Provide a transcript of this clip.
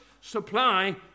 supply